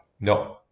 no